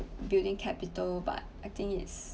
building capital but I think it's